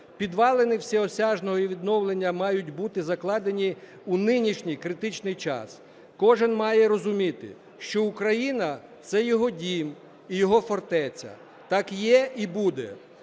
Підвалини всеосяжного відновлення мають бути закладені у нинішній критичний час. Кожен має розуміти, що Україна – це його дім і його фортеця. Так є і буде.